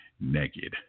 Naked